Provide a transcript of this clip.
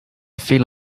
feel